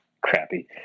crappy